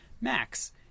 max